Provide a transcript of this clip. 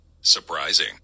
Surprising